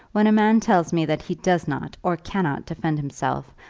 when a man tells me that he does not, or cannot defend himself,